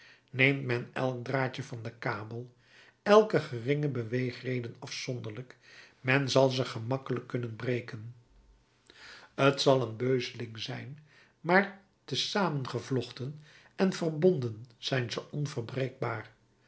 neemt men elk draadje van den kabel elke geringe beweegreden afzonderlijk men zal ze gemakkelijk kunnen breken t zal een beuzeling zijn maar te zamen gevlochten en verbonden zijn zij